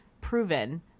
proven